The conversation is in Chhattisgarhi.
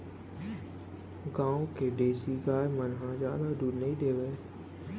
गॉँव के देसी गाय मन ह जादा दूद नइ देवय